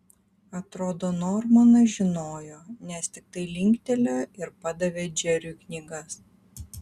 atrodo normanas žinojo nes tiktai linktelėjo ir padavė džeriui knygas